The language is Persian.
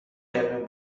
کمی